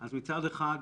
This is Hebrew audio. מצד אחד,